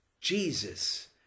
Jesus